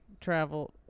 travel